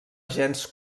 gens